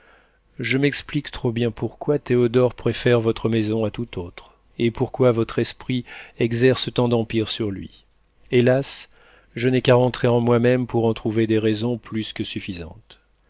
je m'explique trop bien pourquoi théodore préfère votre maison à toute autre et pourquoi votre esprit exerce tant d'empire sur lui hélas je n'ai qu'à rentrer en moi-même pour en trouver des raisons plus que suffisantes